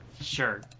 Sure